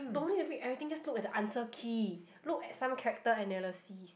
no need to read everything just look at the answer key look at some character analysis